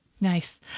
Nice